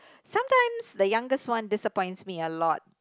sometimes the youngest one disappoints me a lot